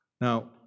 Now